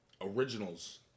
originals